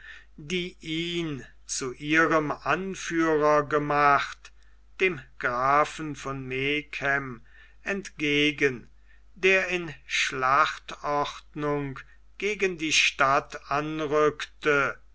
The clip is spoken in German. ihn zu ihrem anführer gemacht dem grafen von megen entgegen der in schlachtordnung gegen die stadt anrückte